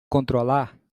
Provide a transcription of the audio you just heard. controlar